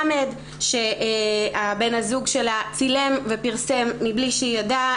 ל' שבן הזוג שלה צילם ופרסם מבלי שהיא ידעה